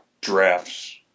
drafts